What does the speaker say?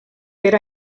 per